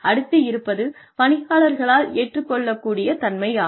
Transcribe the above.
அடுத்து இருப்பது பணியாளர்களால் ஏற்றுக் கொள்ளக்கூடியத் தன்மை ஆகும்